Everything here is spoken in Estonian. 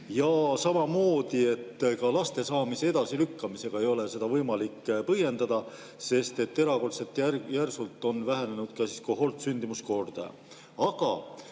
Ja samamoodi, ka laste saamise edasilükkamisega ei ole seda võimalik põhjendada, sest erakordselt järsult on vähenenud ka kohortsündimuskordaja.